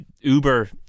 Uber